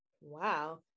Wow